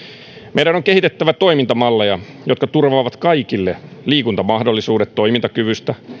meidän on on kehitettävä toimintamalleja jotka turvaavat kaikille liikuntamahdollisuudet toimintakyvystä